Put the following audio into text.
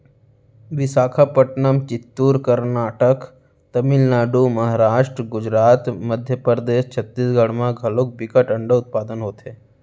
बिसाखापटनम, चित्तूर, करनाटक, तमिलनाडु, महारास्ट, गुजरात, मध्य परदेस, छत्तीसगढ़ म घलौ बिकट अंडा उत्पादन होथे